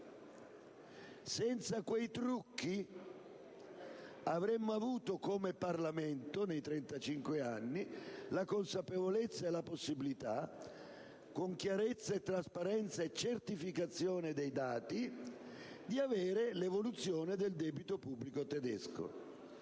Senza quei trucchi avremmo avuto, come Parlamento, in questi 35 anni, la consapevolezza, e la possibilità, con chiarezza e trasparenza e certificazione dei dati, di avere l'evoluzione del debito pubblico tedesco.